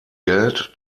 geld